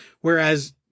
whereas